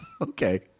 Okay